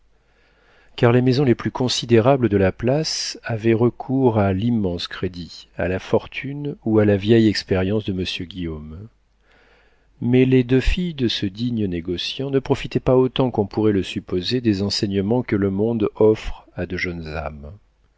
car les maisons les plus considérables de la place avaient recours à l'immense crédit à la fortune ou à la vieille expérience de monsieur guillaume mais les deux filles de ce digne négociant ne profitaient pas autant qu'on pourrait le supposer des enseignements que le monde offre à de jeunes âmes